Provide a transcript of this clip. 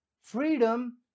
Freedom